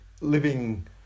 living